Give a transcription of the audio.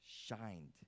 shined